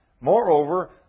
Moreover